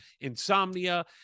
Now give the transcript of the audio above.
insomnia